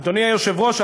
אדוני היושב-ראש,